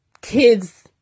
kids